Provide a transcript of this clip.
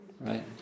Right